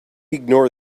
ignore